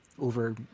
over